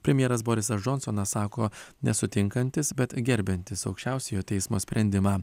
premjeras borisas džonsonas sako nesutinkantis bet gerbiantis aukščiausiojo teismo sprendimą